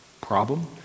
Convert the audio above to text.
problem